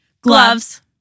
gloves